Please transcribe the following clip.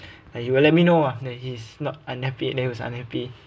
like he will let me know ah that he's not unhappy that he was unhappy